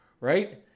right